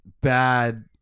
bad